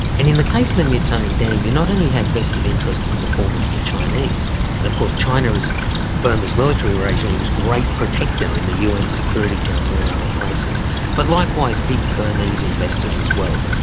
and in the case of the myitsone dam you not only have vested interest in the form of the chinese and of course china is burma's military regime's great protector in the un security council and other places but likewise big burmese investors as well.